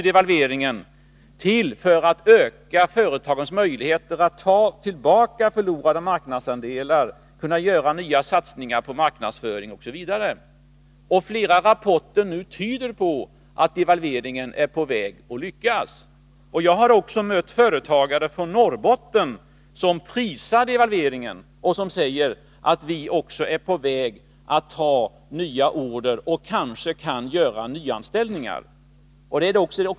Devalveringen kom till för att öka företagens möjligheter att ta tillbaka förlorade marknadsandelar, göra nya satsningar på marknadsföring osv. Flera rapporter tyder nu på att devalveringen är på väg att lyckas. Jag har också mött företagare från Norrbotten som prisar devalveringen och säger att ”vi är också på väg att ta nya order och kan kanske göra nyanställningar”.